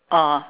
oh